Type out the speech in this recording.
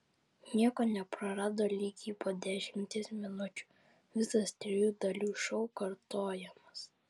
nieko neprarado lygiai po dešimties minučių visas trijų dalių šou kartojamas